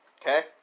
Okay